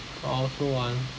I also want